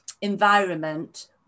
environment